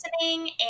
listening